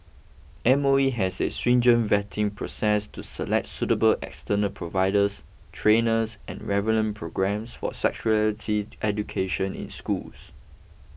M O E has a stringent vetting process to select suitable external providers trainers and relevant programmes for sexuality education in schools